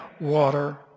water